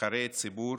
לנבחרי הציבור